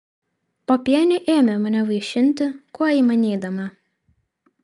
popienė ėmė mane vaišinti kuo įmanydama